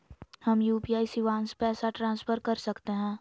हम यू.पी.आई शिवांश पैसा ट्रांसफर कर सकते हैं?